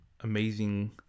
amazing